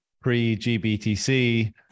pre-GBTC